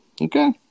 Okay